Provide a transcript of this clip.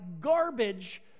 garbage